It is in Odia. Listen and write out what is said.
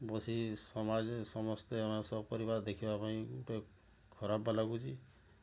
ବସି ସମାଜରେ ସମସ୍ତେ ଆମେ ସପରିବାର ଦେଖିବା ପାଇଁ ଟିକେ ଖରାପ ଲାଗୁଛି